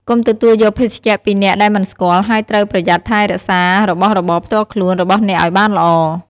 កុំទទួលយកភេសជ្ជៈពីអ្នកដែលមិនស្គាល់ ហើយត្រូវ ប្រយ័ត្នថែរក្សារបស់របរផ្ទាល់ខ្លួន របស់អ្នកឲ្យបានល្អ។